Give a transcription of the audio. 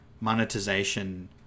monetization